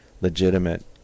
legitimate